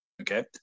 Okay